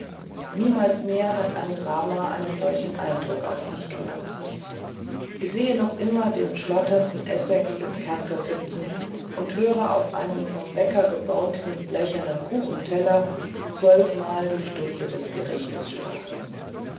niemals mehr hat ein drama einen solchen eindruck auf mich gemacht ich sehe noch immer den schlotternden essex im kerker sitzen und höre auf einem vom bäcker geborgten blechernen kuchenteller zwölfmal die stunde des gerichtes schlagen